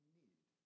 need